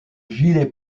gilet